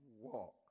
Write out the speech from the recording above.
walk